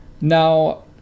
Now